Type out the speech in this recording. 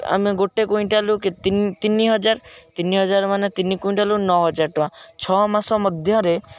ଆମେ ଗୋଟେ କୁଇଣ୍ଟାଲରୁ କେତେ ତିନି ତିନି ହଜାର ତିନି ହଜାର ମାନେ ତିନି କୁଇଣ୍ଟାଲରୁ ନଅହଜାର ଟଙ୍କା ଛଅ ମାସ ମଧ୍ୟରେ